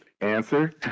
answer